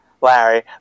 Larry